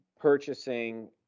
purchasing